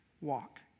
walk